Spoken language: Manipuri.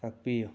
ꯀꯛꯄꯤꯌꯨ